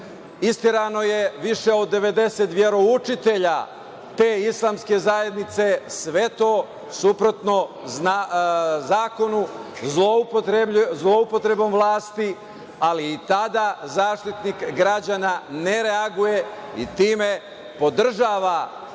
isterano je više od 90 veroučitelja te Islamske zajednice, a sve to suprotno zakonu i zloupotrebom vlasti, ali i tada Zaštitnik građana ne reaguje i time podržava